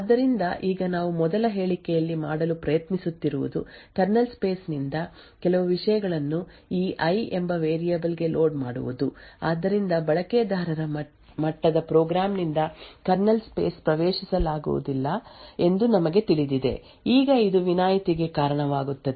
ಆದ್ದರಿಂದ ಈಗ ನಾವು ಮೊದಲ ಹೇಳಿಕೆಯಲ್ಲಿ ಮಾಡಲು ಪ್ರಯತ್ನಿಸುತ್ತಿರುವುದು ಕರ್ನಲ್ ಸ್ಪೇಸ್ ನಿಂದ ಕೆಲವು ವಿಷಯಗಳನ್ನು ಈ ಐ ಎಂಬ ವೇರಿಯೇಬಲ್ ಗೆ ಲೋಡ್ ಮಾಡುವುದು ಆದ್ದರಿಂದ ಬಳಕೆದಾರರ ಮಟ್ಟದ ಪ್ರೋಗ್ರಾಂ ನಿಂದ ಕರ್ನಲ್ ಸ್ಪೇಸ್ ಪ್ರವೇಶಿಸಲಾಗುವುದಿಲ್ಲ ಎಂದು ನಮಗೆ ತಿಳಿದಿದೆ ಈಗ ಇದು ವಿನಾಯಿತಿಗೆ ಕಾರಣವಾಗುತ್ತದೆ